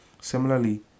similarly